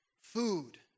food